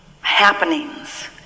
happenings